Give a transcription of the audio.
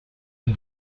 and